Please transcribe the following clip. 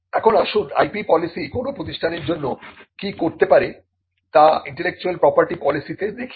এখন আসুন IP policy কোনো প্রতিষ্ঠানের জন্য কি করতে পারে তা ইন্টেলেকচুয়াল প্রপার্টি পলিসিতে দেখি